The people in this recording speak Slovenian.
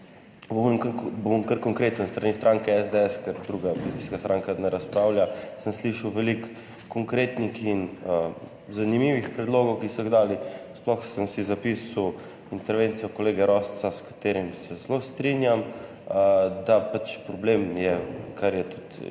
bom kar konkreten, s strani stranke SDS, ker druga opozicijska stranka ne razpravlja, sem slišal veliko konkretnih in zanimivih predlogov, ki so jih dali, sploh sem si zapisal intervencijo kolega Rosca, s katerim se zelo strinjam, da je problem, kar je tudi